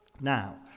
Now